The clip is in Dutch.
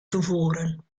vervoeren